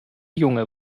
junge